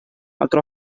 altro